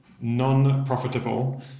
non-profitable